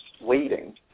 waiting